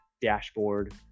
dashboard